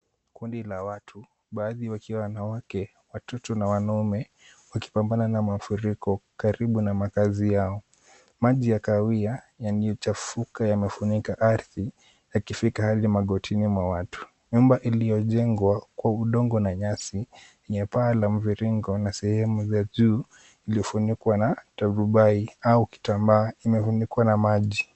Kunda la watu baadhi wakiwa wanawake, watoto na wanaume, wakipambana na mafuriko karibu na makazi yao. Maji ya kahawia yaliyochafuka yamefunika ardhi yakifika hadi magotini mwa watu. Nyumba iliyojengwa kwa udongo na nyasi, yenye paa la mviringo na sehemu za juu iliyofunikwa na torubai au kitambaa, imefunikwa na maji.